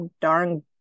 darn